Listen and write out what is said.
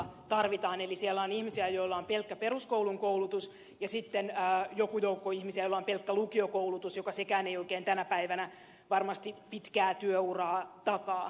eli siellä on ihmisiä joilla on pelkkä peruskoulun koulutus ja sitten joku joukko ihmisiä joilla on pelkkä lukiokoulutus joka sekään ei oikein tänä päivänä varmasti pitkää työuraa takaa